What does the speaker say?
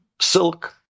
silk